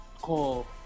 call